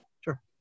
Sure